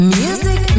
music